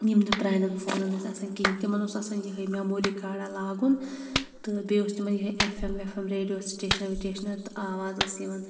یِم نہٕ پرٛانیٚن فونَن ٲسۍ آسان کِہیٖنٛۍ تِمَن اوس آسان یِہےَ میٚموری کارڈا لاگُن تہٕ بیٚیہِ اوس تِمَن یِہےَ ایٚف ایٚم ویٚف ایٚم ریڈیو سٹیشناہ وِٹیشناہ تہٕ آواز ٲسۍ یِوان